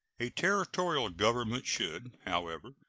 a territorial government should, however,